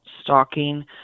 stalking